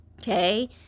okay